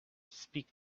speak